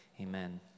amen